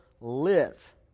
live